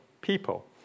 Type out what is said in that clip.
people